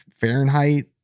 Fahrenheit